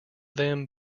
them